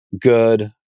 good